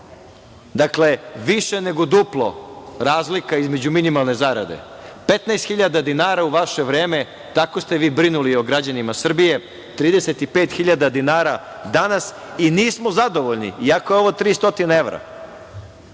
Dakle, više nego duplo je razlika između minimalne zarade. Petnaest hiljada dinara u vaše vreme, tako ste vi brinuli o građanima Srbije, a 35.000 danas. I nismo zadovoljni, iako je ovo 300 evra.